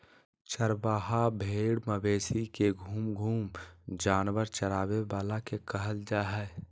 चरवाहा भेड़ मवेशी के घूम घूम जानवर चराबे वाला के कहल जा हइ